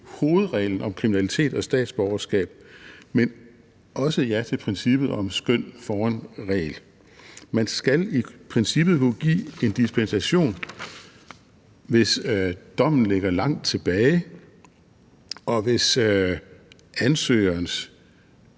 hovedreglen om kriminalitet og statsborgerskab, men også ja til princippet om skøn foran regel. Man skal i princippet kunne give en dispensation, hvis dommen ligger lang tid tilbage, og hvis ansøgerens